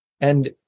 And-